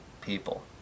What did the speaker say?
people